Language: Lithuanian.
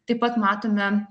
taip pat matome